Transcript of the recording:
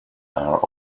are